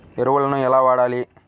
ఎరువులను ఎలా వాడాలి?